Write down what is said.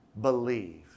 believe